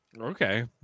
Okay